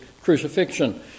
crucifixion